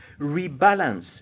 rebalance